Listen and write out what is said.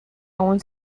aún